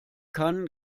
kann